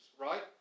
right